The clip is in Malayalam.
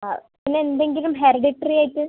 ആ പിന്നെ എന്തെങ്കിലും ഹെറിഡിട്രിയായിട്ട്